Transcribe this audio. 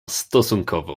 stosunkowo